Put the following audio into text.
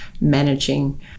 managing